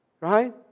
right